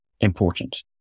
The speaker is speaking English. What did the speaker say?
important